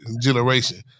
generation